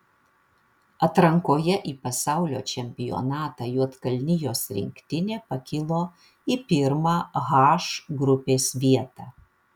atrankoje į pasaulio čempionatą juodkalnijos rinktinė pakilo į pirmą h grupės vietą